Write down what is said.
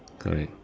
correct